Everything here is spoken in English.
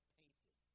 painted